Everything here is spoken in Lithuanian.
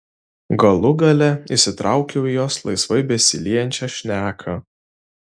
galų gale įsitraukiau į jos laisvai besiliejančią šneką